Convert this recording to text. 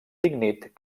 lignit